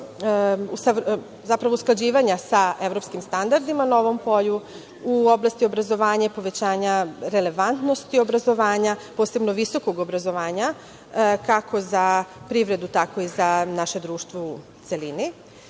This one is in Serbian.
u oblasti obrazovanja i povećanja relevantnosti obrazovanja, a posebno visokog obrazovanja, kako za privredu, tako i za naše društvo u celini. Čuli